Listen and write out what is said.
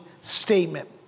statement